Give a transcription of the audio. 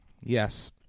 Yes